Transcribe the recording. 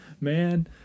man